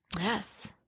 Yes